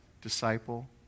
disciple